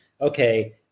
okay